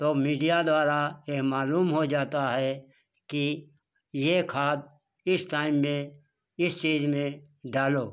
तो मीडिया द्वारा ये मालूम हो जाता है कि ये खाद इस टाइम में इस चीज़ में डालो